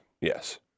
yes